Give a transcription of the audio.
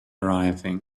arriving